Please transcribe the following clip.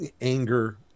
anger